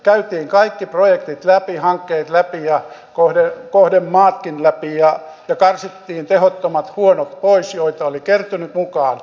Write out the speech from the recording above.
käytiin kaikki projektit läpi hankkeet läpi ja kohdemaatkin läpi ja karsittiin pois tehottomat huonot joita oli kertynyt mukaan